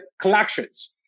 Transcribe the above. collections